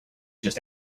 just